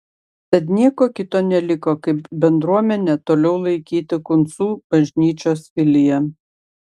tad nieko kito neliko kaip bendruomenę toliau laikyti kuncų bažnyčios filija